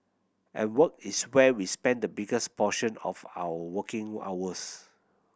and work is where we spend the biggest portion of our waking hours